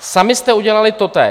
Sami jste udělali totéž.